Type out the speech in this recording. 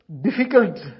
difficult